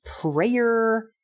prayer